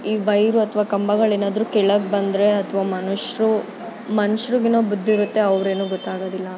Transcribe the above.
ಈ ವೈರು ಅಥವಾ ಕಂಬಗಳೇನಾದರೂ ಕೆಳಗೆ ಬಂದರೆ ಅಥವಾ ಮನುಷ್ಯರು ಮನುಷ್ರುಗೇನೋ ಬುದ್ದಿ ಇರುತ್ತೆ ಅವರೇನು ಗೊತ್ತಾಗೋದಿಲ್ಲ